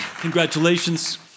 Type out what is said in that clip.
Congratulations